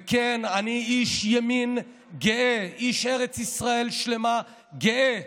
וכן, אני איש ימין גאה, איש ארץ ישראל שלמה גאה,